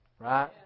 Right